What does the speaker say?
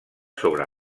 sobre